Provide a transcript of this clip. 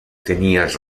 tenías